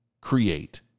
create